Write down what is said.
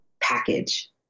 package